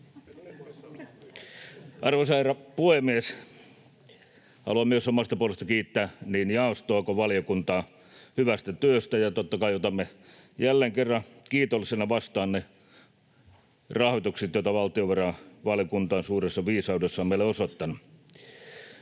Arvoisa herra puhemies! Haluan myös omasta puolestani kiittää niin jaostoa kuin valiokuntaa hyvästä työstä, ja totta kai otamme jälleen kerran kiitollisena vastaan ne rahoitukset, joita valtiovarainvaliokunta on suuressa viisaudessaan meille osoittanut.